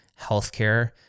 healthcare